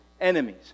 enemies